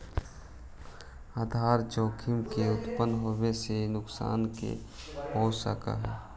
आधार जोखिम के उत्तपन होवे से का नुकसान हो सकऽ हई?